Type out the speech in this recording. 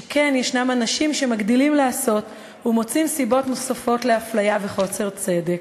שכן יש אנשים שמגדילים לעשות ומוצאים סיבות נוספות לאפליה וחוסר צדק.